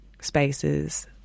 spaces